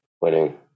Wedding